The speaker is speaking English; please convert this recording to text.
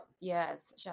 yes